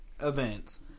events